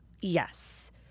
Yes